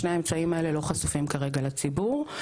שני האמצעים האלה לא חשופים כרגע לציבור.